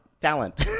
talent